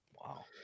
wow